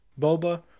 Boba